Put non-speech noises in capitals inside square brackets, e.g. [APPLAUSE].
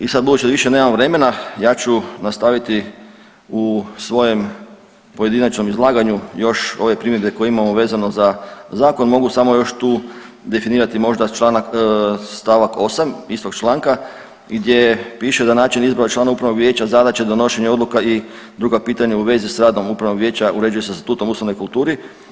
I sad budući da više nemam vremena, ja ću nastaviti u svojem pojedinačnom izlaganju još ove primjedbe koje imamo vezano za zakon, mogu samo još tu definirati možda članak, stavak 8 istog članka gdje piše da način izbora članova upravnog vijeća, zadaće, donošenja odluke i druga pitanja u vezi s radom upravnog vijeća uređuje se statutom u ... [UNINTELLIGIBLE] kulturi.